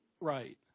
right